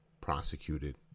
prosecuted